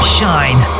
shine